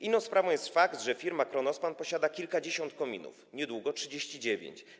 Inną sprawą jest fakt, że firma Kronospan posiada kilkadziesiąt kominów, niedługo będzie 39.